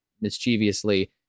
mischievously